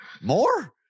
More